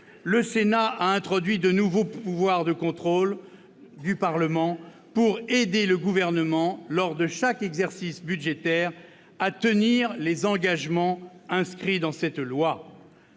le Sénat a introduit de nouveaux pouvoirs de contrôle du Parlement pour aider le Gouvernement, lors de chaque exercice budgétaire, à tenir les engagements inscrits dans ce